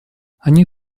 они